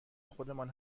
خودمان